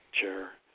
chair